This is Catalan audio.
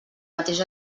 mateix